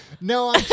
No